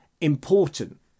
important